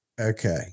Okay